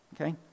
Okay